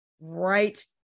right